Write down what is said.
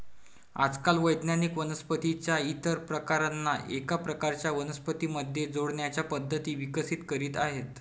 आजकाल वैज्ञानिक वनस्पतीं च्या इतर प्रकारांना एका प्रकारच्या वनस्पतीं मध्ये जोडण्याच्या पद्धती विकसित करीत आहेत